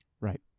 Right